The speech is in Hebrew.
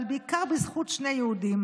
אבל בעיקר בזכות שני יהודים.